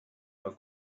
how